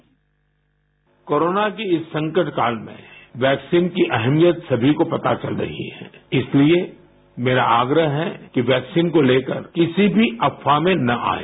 bite corona की इस संकट काल में वैक्सीन की अहमियत सभी को पता चल गई है इसलिए मेरा आग्रह है कि वैक्सीन को लेकर किसी भी अफवाह में न आएं